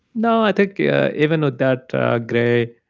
no. i think yeah even ah that gray